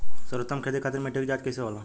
सर्वोत्तम खेती खातिर मिट्टी के जाँच कइसे होला?